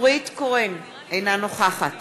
אינה נוכחת